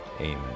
Amen